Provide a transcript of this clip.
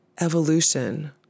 evolution